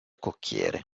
cocchiere